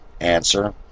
Answer